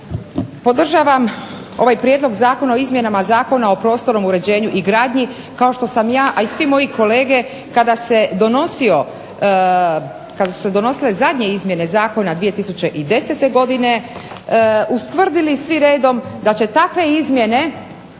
Podržavam ovaj Prijedlog zakona o izmjenama Zakona o prostornom uređenju i gradnji kao što sam ja a i svi moji kolege kada se donosio, kada su se donosile zadnje izmjene zakona 2010. godine ustvrdili svi redom da će takve izmjene